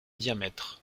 diamètre